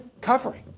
covering